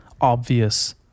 obvious